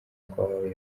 twahawe